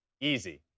easy